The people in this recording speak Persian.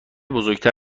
بزرگتر